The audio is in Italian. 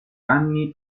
anni